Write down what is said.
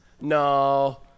No